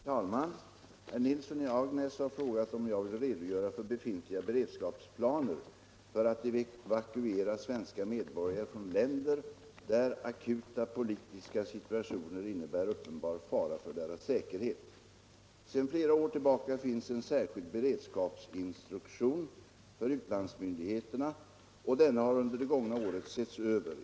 Herr talman! Herr Nilsson i Agnäs har frågat om jag vill redogöra för befintliga beredskapsplaner för att evakuera svenska medborgare från länder där akuta politiska situationer innebär uppenbar fara för deras säkerhet. Sedan flera år tillbaka finns en särskild beredskapsinstruktion för utlandsmyndigheterna, och denna har under det gångna året setts över.